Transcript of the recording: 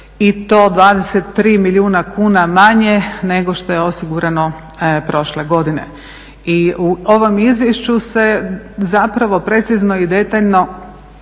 i to 23 milijuna kuna manje nego što je osigurano prošle godine. I u ovom izvješću se precizno i detaljno